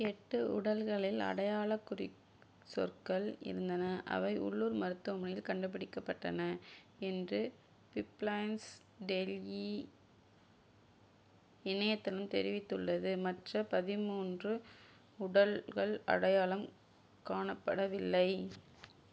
எட்டு உடல்களில் அடையாளக் குறிச்சொற்கள் இருந்தன அவை உள்ளூர் மருத்துவமனையில் கண்டுபிடிக்கப்பட்டன என்று பிப்பிளன்ஸ் டெல்யி இணையதளம் தெரிவித்துள்ளது மற்ற பதிமூன்று உடல்கள் அடையாளம் காணப்படவில்லை